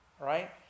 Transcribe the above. right